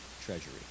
treasury